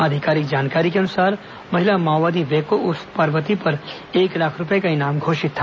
आधिकारिक जानकारी के अनुसार महिला माओवादी वेको उर्फ पार्वती पर एक लाख रूपये का इनाम घोषित था